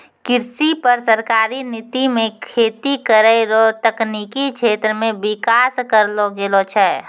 कृषि पर सरकारी नीति मे खेती करै रो तकनिकी क्षेत्र मे विकास करलो गेलो छै